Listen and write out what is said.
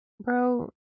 bro